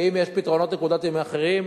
האם יש פתרונות נקודתיים אחרים?